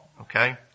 Okay